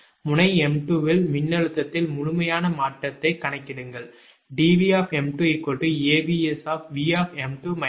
முனை 𝑚2 இல் மின்னழுத்தத்தில் முழுமையான மாற்றத்தைக் கணக்கிடுங்கள் 𝐷𝑉𝑚2 𝐴𝐵𝑆𝑉𝑚2 − 𝑉𝑉𝑚2